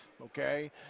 Okay